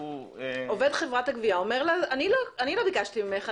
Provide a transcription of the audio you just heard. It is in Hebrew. עובד חברת הגבייה אומר: אני לא ביקשתי ממך.